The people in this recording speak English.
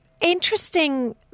Interesting